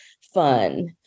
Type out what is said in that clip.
fun